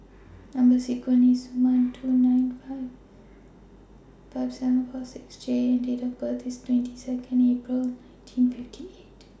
Number sequence IS S one two nine five seven four six J and Date of birth IS twenty Second April nineteen fifty eight